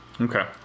Okay